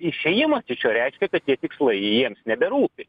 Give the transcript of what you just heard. išėjimas iš jo reiškia kad tie tikslai jiems neberūpi